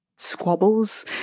squabbles